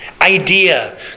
Idea